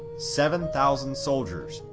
seven thousand soldiers,